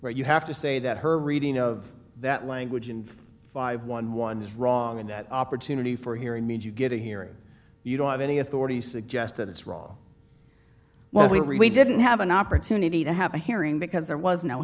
where you have to say that her reading of that language and five hundred and eleven is wrong and that opportunity for hearing means you get a hearing you don't have any authority suggest that it's wrong well we really didn't have an opportunity to have a hearing because there was no